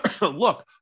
look